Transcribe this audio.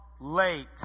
late